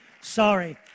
sorry